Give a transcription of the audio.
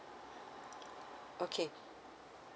okay